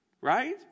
right